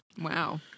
Wow